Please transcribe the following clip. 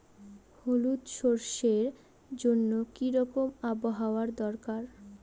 হলুদ সরষে জন্য কি রকম আবহাওয়ার দরকার?